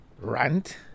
rant